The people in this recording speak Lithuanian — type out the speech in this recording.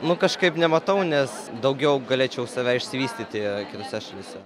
nu kažkaip nematau nes daugiau galėčiau save išsivystyti kitose šalyse